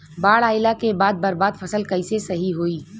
बाढ़ आइला के बाद बर्बाद फसल कैसे सही होयी?